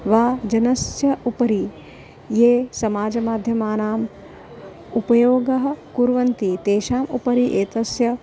वा जनस्य उपरि ये समाजमाध्यमानाम् उपयोगः कुर्वन्ति तेषाम् उपरि एतस्य